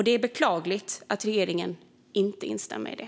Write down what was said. Det är beklagligt att regeringen inte instämmer i det.